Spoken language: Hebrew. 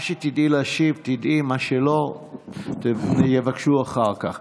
מה שתדעי להשיב, תדעי, מה שלא, יבקשו אחר כך.